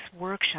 workshop